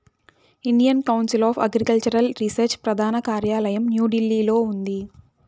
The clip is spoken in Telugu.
Indian Council of Agricultural Research ప్రధాన కార్యాలయం న్యూఢిల్లీలో ఉంది